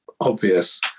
obvious